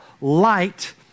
light